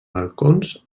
balcons